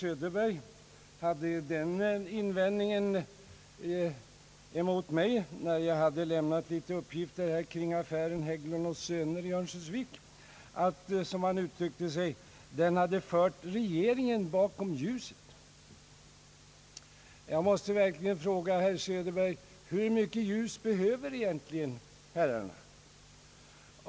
Herr talman! När jag lämnade några uppgifter angående affären Hägglund & söner i Örnsköldsvik, påstod herr Söderberg att Hägglund & söner hade, som han uttryckte sig, »fört regeringen bakom ljuset». Jag måste då verkligen fråga herr Söderberg: Hur mycket ljus behöver egentligen herrarna?